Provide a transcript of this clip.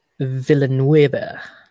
Villanueva